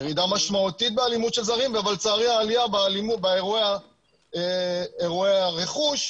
ירידה משמעותית באלימות של זרים אבל לצערי העלייה באירועי הרכוש,